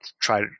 try